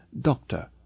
Doctor